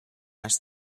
asked